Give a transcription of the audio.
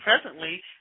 presently